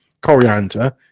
coriander